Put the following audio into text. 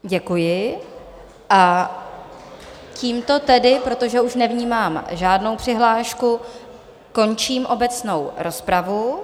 Děkuji a tímto tedy, protože už nevnímám žádnou přihlášku, končím obecnou rozpravu.